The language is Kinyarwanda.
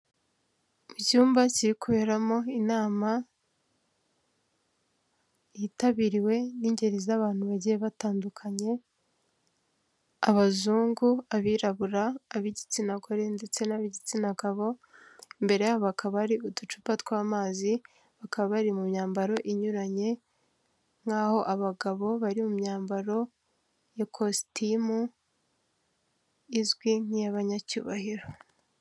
Mu cyumba kiri kiberamo inama yitabiriwe n'ingeri z'abantu bagiye batandukanye abazungu, abirabura ab'igitsina gore ndetse n' ab'igitsina gabo imbere yabo hakaba hari uducupa tw'amazi bakaba bari mu myambaro inyuranye nk'aho abagabo bari mu myambaro y'ikositimu izwi nk'iy'abanyacyubahiro.